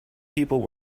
people